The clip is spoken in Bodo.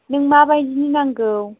नोंनो माबायदिनि नांगौ